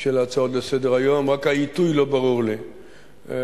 של ההצעות לסדר-היום, ורק העיתוי לא ברור לי.